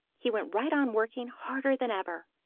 he went right on working harder than ever.